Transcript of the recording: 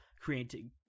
creating